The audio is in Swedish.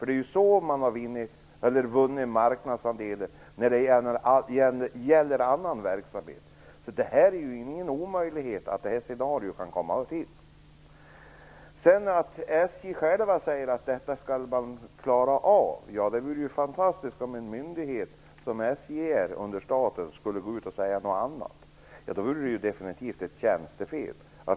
Det är ju så man har vunnit marknadsandelar när det gäller annan verksamhet, så det är ju ingen omöjlighet att detta scenario kan uppstå. SJ själva säger att man skall klara av detta. Ja, det vore ju fantastiskt om en myndighet som SJ skulle gå ut och säga något annat. Då vore det ju definitivt ett tjänstefel.